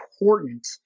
important